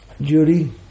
Judy